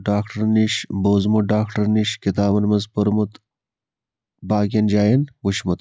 ڈاکٹرن نِش بوٗزمُت ڈاکٹرن نِش کِتابَن مَنٛز پوٚرمُت باقیَن جایَن وٕچھمُت